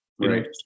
Right